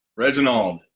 reginald,